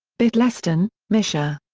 bittleston, misha.